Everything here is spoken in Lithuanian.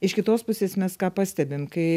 iš kitos pusės mes ką pastebim kai